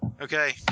Okay